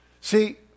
See